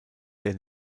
der